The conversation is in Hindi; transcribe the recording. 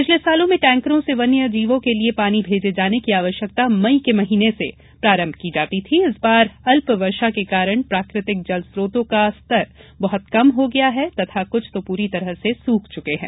पिछले सालों में टैंकरों से वन्य जीवों के लिए पानी भेजे जाने की आवश्यकता मई के महीने के प्रारंभ से की जाती थी इस बार अल्प वर्षा के कारण प्राकृतिक जल स्रोतों का जलस्तर बहत कम हो गया है तथा कुछ तो पूरी तरह सूख चुके हैं